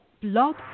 Blog